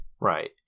Right